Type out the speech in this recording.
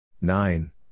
Nine